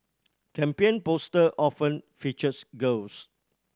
campaign poster often featured girls